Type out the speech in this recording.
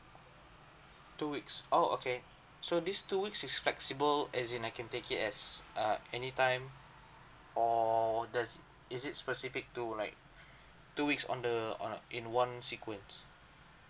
two weeks oh okay so these two weeks is flexible as in I can take it as uh any time or that's s it specific to like two weeks on the on in one sequence